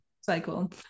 cycle